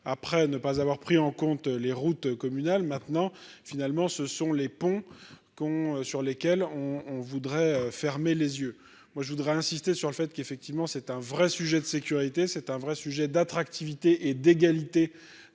après ne pas avoir pris en compte les routes communales maintenant finalement ce sont les ponts con sur lesquels on on voudrait fermer les yeux, moi je voudrais insister sur le fait qu'effectivement, c'est un vrai sujet de sécurité, c'est un vrai sujet d'attractivité et d'égalité